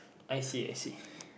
I see I see